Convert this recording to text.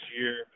year